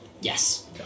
Yes